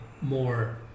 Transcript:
more